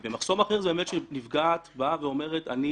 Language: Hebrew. מחסום אחר זה שנפגעת באה ואומרת: אני